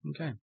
okay